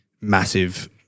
massive